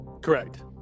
Correct